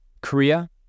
Korea